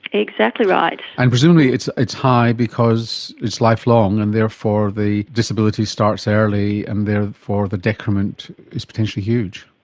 exactly right. and presumably it's it's high because it's lifelong and therefore the disability starts early and therefore the detriment is potentially huge.